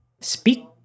speak